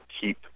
keep